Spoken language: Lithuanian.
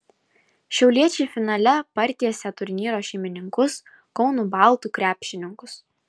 šiauliečiai finale partiesė turnyro šeimininkus kauno baltų krepšininkus